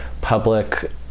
public